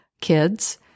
kids